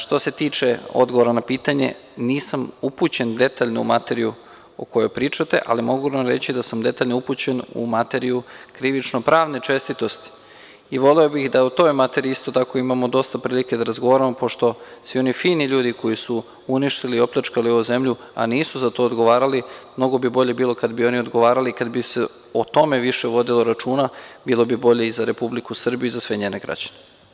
Što se tiče odgovora na pitanje, nisam upućen detaljno u materiju o kojoj pričate, ali mogu vam reći da sam detaljno upućen u materiju krivično-pravne čestitosti i voleo bih da o toj materiji isto tako imamo prilike da razgovaramo, pošto svi oni fini ljudi koji su uništili i opljačkali ovu zemlju, a nisu za to odgovarali, mnogo bi bolje bilo kada bi oni odgovarali, kada bi se o tome više vodilo računa, bilo bi bolje i za Republiku Srbiju i za sve njene građane.